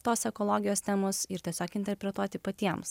tos ekologijos temos ir tiesiog interpretuoti patiems